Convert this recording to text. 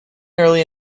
early